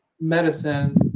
medicine